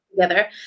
together